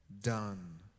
done